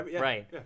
Right